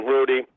Rudy